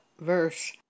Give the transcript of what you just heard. verse